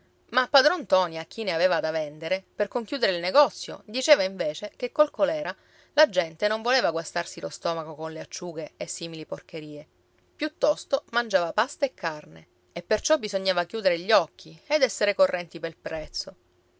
a padron ntoni e a chi ne aveva da vendere per conchiudere il negozio diceva invece che col colèra la gente non voleva guastarsi lo stomaco con le acciughe e simili porcherie piuttosto mangiava pasta e carne perciò bisognava chiudere gli occhi ed essere correnti pel prezzo